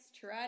try